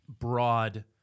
broad